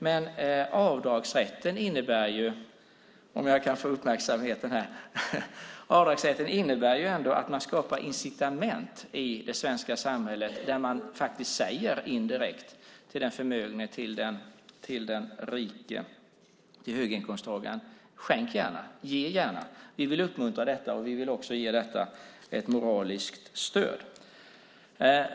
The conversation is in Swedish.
Men avdragsrätten innebär ändå - om jag kan få Marie Engströms uppmärksamhet - att man skapar incitament i det svenska samhället där man indirekt säger till den förmögne, till den rike, till höginkomsttagaren: Skänk gärna! Ge gärna! Vi vill uppmuntra detta, och vi vill också ge detta ett moraliskt stöd.